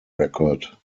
record